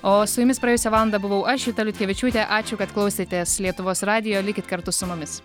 o su jumis praėjusią valandą buvau aš juta liutkevičiūtė ačiū kad klausėtės lietuvos radijo likit kartu su mumis